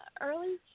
early